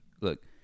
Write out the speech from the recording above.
look